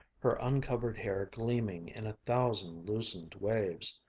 her uncovered hair gleaming in a thousand loosened waves.